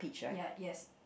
ya yes